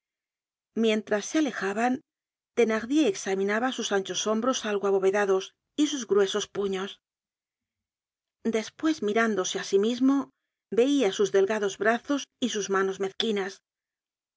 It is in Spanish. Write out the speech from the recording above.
mientras se alejaban thenardier examinaba sus anchos hombros algo abovedados y sus gruesos puños despues mirándose á sí mismo veia sus delgados brazos y sus manos mezquinas